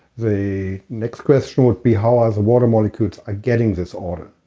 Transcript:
the next question would be how are the water molecules are getting this order?